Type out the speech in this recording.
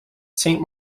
saint